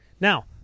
Now